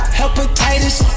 hepatitis